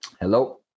Hello